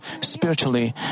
Spiritually